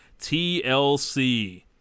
TLC